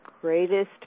greatest